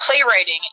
playwriting